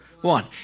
one